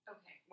Okay